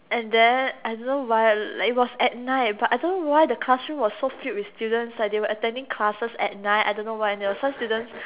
and then I don't why like it was at night but I don't why the classrooms were so filled with students like they were attending classes at night I don't know why and there were some students